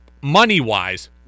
money-wise